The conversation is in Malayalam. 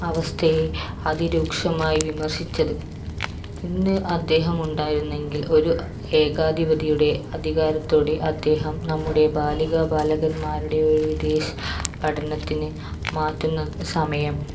അവസ്ഥയെ അതിരൂക്ഷമായി വിമർശിച്ചത് ഇന്ന് അദ്ദേഹം ഉണ്ടായിരുന്നെങ്കിൽ ഒരു ഏകാധിപതിയുടെ അധികാരത്തോടെ അദ്ദേഹം നമ്മുടെ ബാലികാ ബാലകന്മാരുടെ ഒരു വിദേശ പഠനത്തിന് മാറ്റുന്ന സമയം